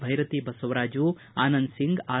ಭೈರತಿ ಬಸವರಾಜು ಆನಂದ್ ಒಂಗ್ ಆರ್